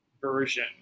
version